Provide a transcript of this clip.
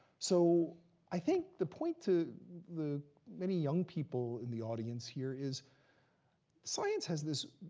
so i think the point to the many young people in the audience here is science has this